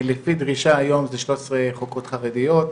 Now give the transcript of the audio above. לפי דרישה היום, זה 13 חוקרות חרדיות.